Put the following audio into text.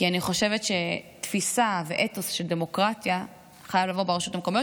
כי אני חושבת שתפיסה ואתוס של דמוקרטיה חייבים לבוא ברשויות המקומיות.